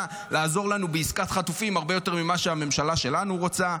לעזור לנו בעסקת חטופים הרבה יותר ממה שהממשלה שלנו רוצה.